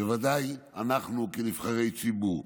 ובוודאי אנחנו כנבחרי ציבור.